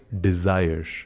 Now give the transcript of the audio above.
desires